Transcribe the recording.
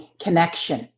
connection